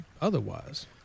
otherwise